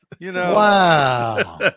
Wow